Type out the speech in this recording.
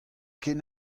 ken